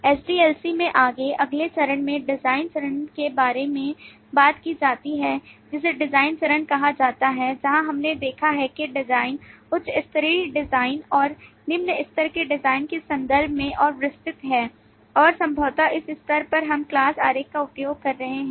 SDLC में आगे अगले चरण में डिज़ाइन चरण के बारे में बात की जाती है जिसे डिज़ाइन चरण कहा जाता है जहाँ हमने देखा है कि डिज़ाइन उच्च स्तरीय डिज़ाइन और निम्न स्तर के डिज़ाइन के संदर्भ में और विस्तृत है और संभवतः इस स्तर पर हम class आरेख का उपयोग कर रहे हैं